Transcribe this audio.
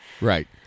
Right